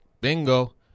Bingo